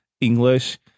english